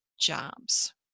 jobs